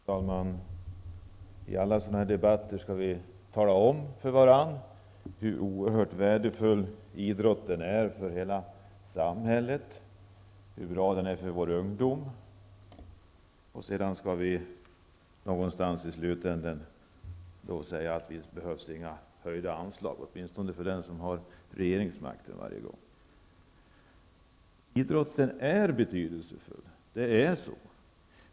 Herr talman! I alla sådana här debatter skall vi tala om för varandra hur oerhört värdefull idrotten är för hela samhället, hur bra den är för vår ungdom, och sedan skall vi någonstans i slutänden säga att det inte behövs några höjda anslag. Det är åtminstone vad de som har regeringsmakten vid varje tillfälle säger. Idrotten är betydelsefull.